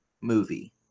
movie